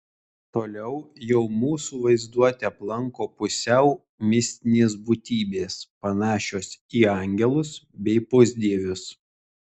toliau jau mūsų vaizduotę aplanko pusiau mistinės būtybės panašios į angelus bei pusdievius